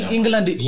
England